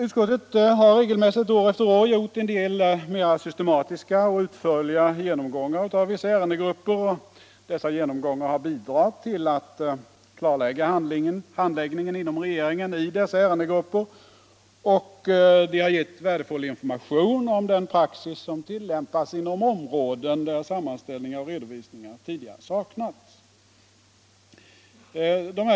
Utskottet har regelmässigt år efter år gjort en del mera systematiska och utförliga genomgångar av vissa ärendegrupper. Dessa genomgångar har bidragit till att klargöra handläggningen inom regeringen i dessa ärendegrupper och de har gett värdefull information om den praxis som tilllämpas inom områden där sammanställningar och redovisningar tidigare saknats.